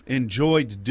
enjoyed